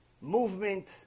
movement